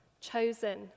chosen